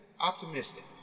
optimistic